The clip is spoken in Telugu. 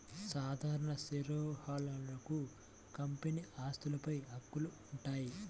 సాధారణ షేర్హోల్డర్లకు కంపెనీ ఆస్తులపై హక్కులు ఉంటాయి